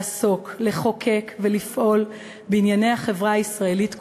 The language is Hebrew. לעסוק, לחוקק ולפעול בענייני החברה הישראלית כולה,